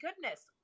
goodness